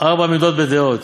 "ארבע מידות בדעות: